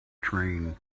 train